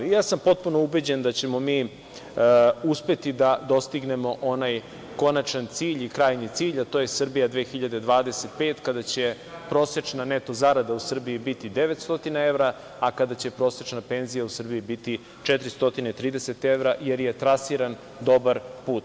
I ja sam potpuno ubeđen da ćemo mi uspeti da dostignemo onaj konačan cilj i krajnji cilj, a to je „Srbija 2025“, kada će prosečna neto zarada u Srbiji biti 900 evra, a kada će prosečna penzija u Srbiji biti 430 evra, jer je trasiran dobar put.